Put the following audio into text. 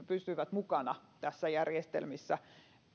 pysyvät mukana näissä järjestelmissä niin